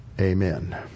Amen